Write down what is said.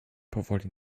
powoli